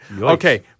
Okay